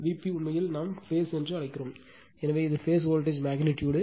p உண்மையில் நாம் பேஸ்ம் என்று அழைக்கிறோம் எனவே இது பேஸ் வோல்ட்டேஜ் மெக்னிட்யூடு